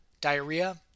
diarrhea